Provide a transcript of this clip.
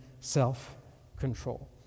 self-control